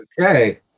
Okay